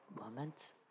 moment